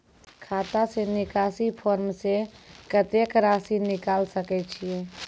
खाता से निकासी फॉर्म से कत्तेक रासि निकाल सकै छिये?